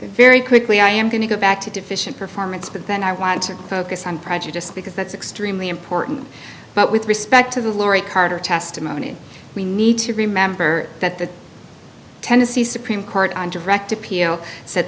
very quickly i am going to go back to deficient performance but then i want to focus on prejudice because that's extremely important but with respect to the glory carter testimony we need to remember that the tennessee supreme court on direct appeal said